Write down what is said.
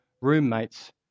roommates